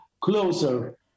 closer